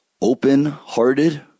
open-hearted